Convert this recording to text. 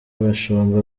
abashumba